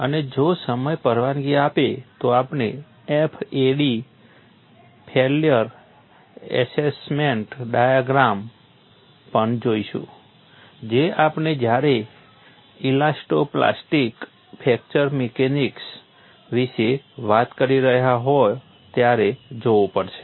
અને જો સમય પરવાનગી આપે તો આપણે FAD ફેલ્યર એસેસમેન્ટ ડાયગ્રામ પણ જોઈશું જે આપણે જ્યારે ઇલાસ્ટો પ્લાસ્ટિક ફ્રેક્ચર મિકેનિક્સ વિશે વાત કરી રહ્યા હોવ ત્યારે જોવું પડશે